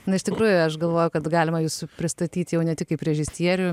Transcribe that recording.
na iš tikrųjų aš galvoju kad galima jus pristatyt jau ne tik kaip režisierių